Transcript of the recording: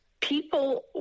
people